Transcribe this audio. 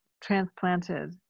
transplanted